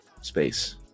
space